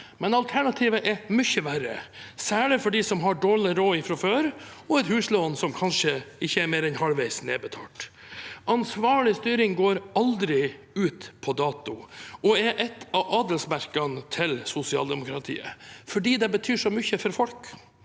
men alternativet er mye verre, særlig for dem som har dårlig råd fra før og et huslån som kanskje ikke er mer enn halvveis nedbetalt. Ansvarlig styring går aldri ut på dato og er et av adelsmerkene til sosialdemokratiet, fordi det betyr så mye for folk